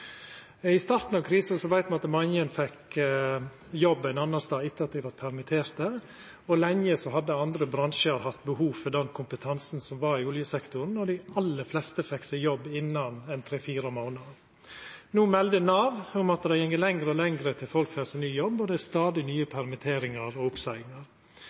I starten av krisa veit me at mange fekk jobb ein annan stad etter at dei vart permitterte, og lenge hadde andre bransjar hatt behov for den kompetansen som var i oljesektoren, og dei aller fleste fekk seg jobb innan tre–fire månader. No melder Nav om at det går lengre og lengre tid til folk får seg ny jobb, og det er stadig nye permitteringar og oppseiingar.